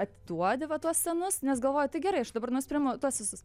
atiduodi va tuos senus nes galvoji tai gerai aš dabar naujus priimu tuos visus